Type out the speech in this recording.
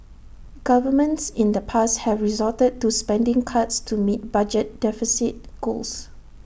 governments in the past have resorted to spending cuts to meet budget deficit goals